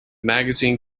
magazine